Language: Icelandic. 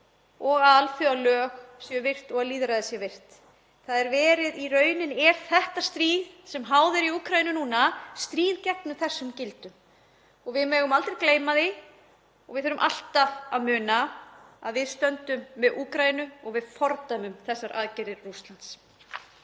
og að alþjóðalög séu virt og að lýðræðið sé virt. Í rauninni er þetta stríð, sem háð er í Úkraínu núna, stríð gegn þessum gildum. Við megum aldrei gleyma því og við þurfum alltaf að muna að við stöndum með Úkraínu og við fordæmum þessar aðgerðir Rússlands.